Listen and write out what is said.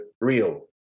real